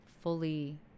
fully